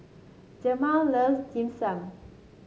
Jemal loves Dim Sum